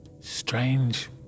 strange